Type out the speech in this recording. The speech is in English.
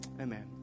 amen